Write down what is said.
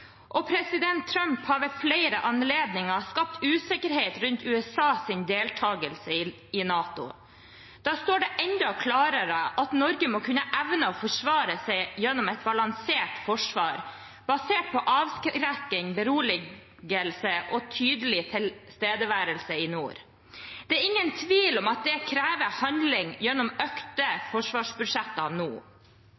NATO. President Trump har ved flere anledninger skapt usikkerhet rundt USAs deltakelse i NATO. Da står det enda klarere at Norge må kunne evne å forsvare seg gjennom et balansert forsvar basert på avskrekking, beroligelse og tydelig tilstedeværelse i nord. Det er ingen tvil om at det krever handling gjennom økte